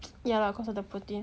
ya lah cause of the protein